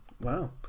Wow